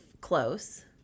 close